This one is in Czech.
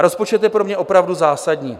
Rozpočet je pro mě opravdu zásadní.